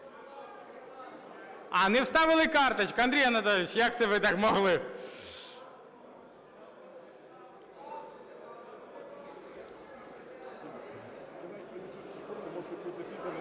А, не вставили карточки. Андрій Анатолійович, як це ви так могли?